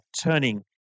turning